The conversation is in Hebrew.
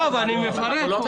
אבל אנחנו מפרטים.